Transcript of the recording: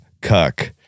cuck